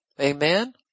Amen